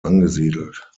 angesiedelt